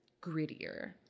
grittier